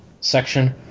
section